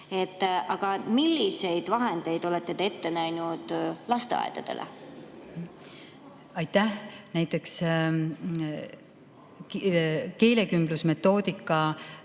Aga milliseid vahendeid olete ette näinud lasteaedadele? Aitäh! Näiteks keelekümblusmetoodika